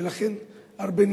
ולכן הרבה נמנעו,